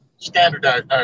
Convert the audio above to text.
Standardized